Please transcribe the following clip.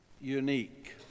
unique